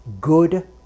Good